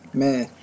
man